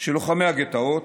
של לוחמי הגטאות,